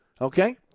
Okay